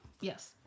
yes